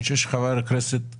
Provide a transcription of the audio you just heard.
אני חושב שחבר הכנסת סמוטריץ'